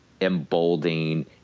emboldening